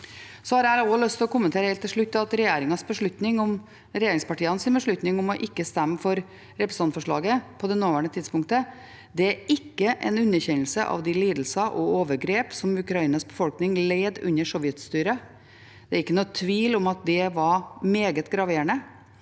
har jeg lyst til å kommentere at regjeringspartienes beslutning om ikke å stemme for representantforslaget på nåværende tidspunkt, ikke er en underkjennelse av de lidelsene og overgrepene som Ukrainas befolkning led under sovjetstyret. Det er ikke noen tvil om at det var meget graverende.